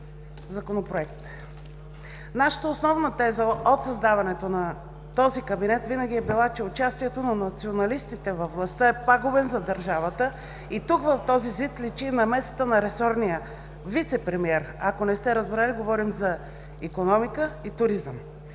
Нашата основна теза от създаването на този кабинет винаги е била, че участието на националистите във властта е пагубен за държавата и тук в този ЗИД личи намесата на ресорния вицепремиер, ако не сте разбрали, говорим за икономика и туризъм.